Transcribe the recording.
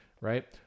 right